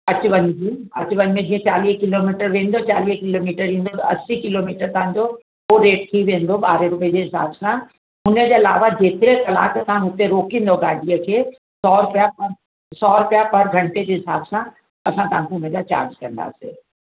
अचु वञु जी अचु वञु में जीअं चालीह किलोमीटर वेंदव चालीह किलोमीटर ईंदव असी किलोमीटर तव्हांजो हो रेट थी वेंदो ॿारहें रुपए जे हिसाब सां हुनजे अलावा जेतिरे कलाक तव्हां हुते रोकींदौ गाॾीअ खे सौ रुपिया पर सौ रुपिया पर घंटे जे हिसाब सां असां तव्हां खां हुन जा चार्ज कंदासीं